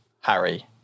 Harry